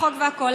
כחוק והכול,